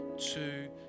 two